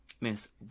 Miss